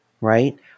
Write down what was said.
right